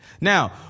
Now